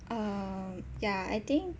um ya I think